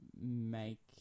make